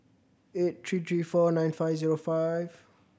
eight three three four nine five zero five